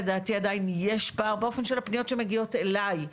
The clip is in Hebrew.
לדעתי עדיין יש פער באופן של הפניות שמגיעות אלי,